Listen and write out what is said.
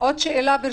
עוד שאלה.